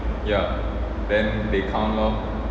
ya then they count lor